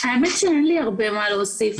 האמת שאין לי הרבה מה להוסיף,